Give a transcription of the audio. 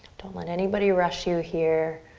don't let anybody rush you here.